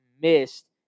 missed